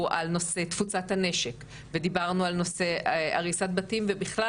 על נושא תפוצת הנשק ודיברנו על נושא הריסת בתים ובכלל